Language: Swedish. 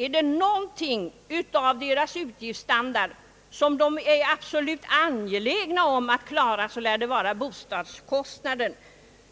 Är det någonting av familjernas utgiftsstandard som de är absolut angelägna om att klara så lär det vara bostadskostnaden,